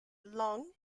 long